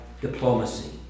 diplomacy